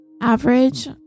average